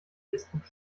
facebook